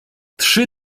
trzy